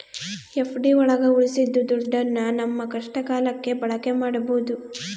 FD ಒಳಗ ಉಳ್ಸಿದ ದುಡ್ಡನ್ನ ನಮ್ ಕಷ್ಟ ಕಾಲಕ್ಕೆ ಬಳಕೆ ಮಾಡ್ಬೋದು